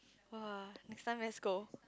!woah! next time let's go